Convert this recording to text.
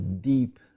deep